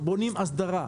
בונים הסדרה.